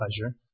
pleasure